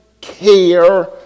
care